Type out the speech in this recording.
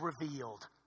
revealed